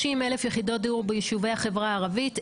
30,000 יחידות דיור ביישובי החברה הערבית,